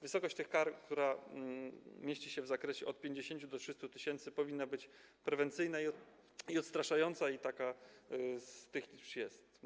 Wysokość tych kar, które mieszczą się w zakresie od 50 do 300 tys., powinna być prewencyjna i odstraszająca, i taka już jest.